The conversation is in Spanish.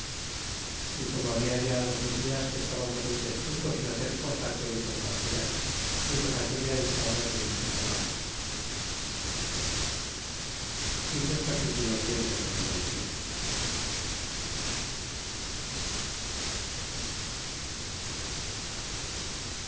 y como habia ya doce días que estbamos en tezcuco sin hacer cosa que de contar sea fuimos aquella entrada de iztapalapa capitulo cxxxviii